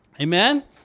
Amen